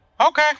okay